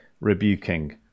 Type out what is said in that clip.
rebuking